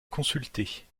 consulter